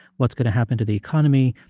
what's going to happen to the economy.